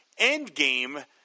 Endgame